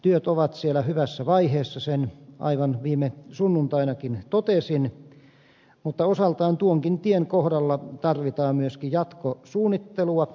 työt ovat siellä hyvässä vaiheessa sen aivan viime sunnuntainakin totesin mutta osaltaan tuonkin tien kohdalla tarvitaan myöskin jatkosuunnittelua